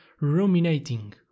ruminating